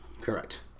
Correct